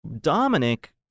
Dominic